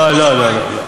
לא, לא, לא.